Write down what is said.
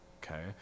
okay